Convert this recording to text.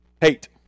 hate